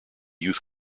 youth